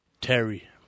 Terry